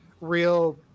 real